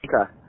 Okay